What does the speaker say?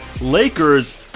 Lakers